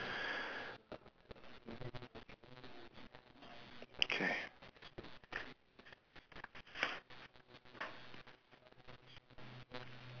okay